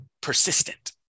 persistent